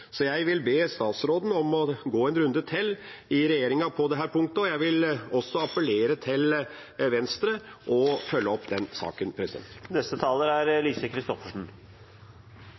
Jeg vil be statsråden om å gå en runde til i regjeringa på dette punktet, og jeg vil også appellere til Venstre om å følge opp den saken. Vi kunne nok fylt en hel dag med å diskutere varslingsbestemmelsene, for det er